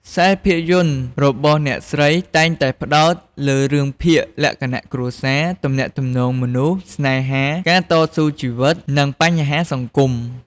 ខ្សែភាពយន្តរបស់អ្នកស្រីតែងតែផ្តោតលើរឿងភាគលក្ខណៈគ្រួសារ ទំនាក់ទំនងមនុស្ស ស្នេហា ការតស៊ូជីវិត និងបញ្ហាសង្គម។